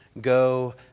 go